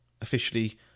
officially